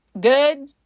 good